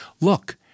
Look